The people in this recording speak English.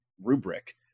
rubric